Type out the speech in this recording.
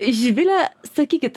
živile sakykit